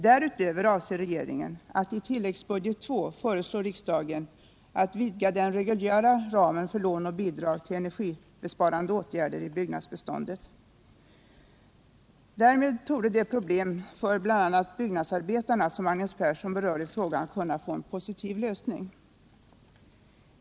Därutöver avser regeringen att i tilläggsbudget II föreslå riksdagen att vidga den reguljära ramen för lån och bidrag till energisparande åtgärder i byggnadsbeståndet. Därmed torde de problem för bl.a. byggnadsarbetarna som Magnus Persson berör i sin fråga kunna få en positiv lösning.